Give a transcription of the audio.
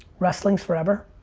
wrestling's forever.